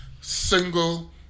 Single